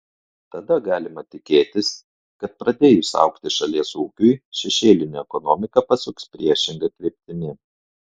tada galima tikėtis kad pradėjus augti šalies ūkiui šešėlinė ekonomika pasuks priešinga kryptimi